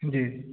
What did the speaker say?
جی